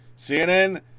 CNN